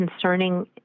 concerning